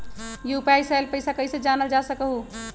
UPI से आईल पैसा कईसे जानल जा सकहु?